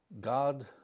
God